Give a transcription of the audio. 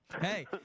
Hey